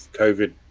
COVID